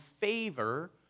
favor